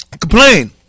Complain